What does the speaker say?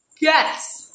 Yes